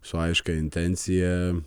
su aiškia intencija